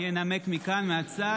אני אנמק מכאן, מהצד.